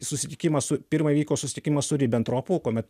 susitikimas su pirma įvyko susitikimas su ribentropu kuomet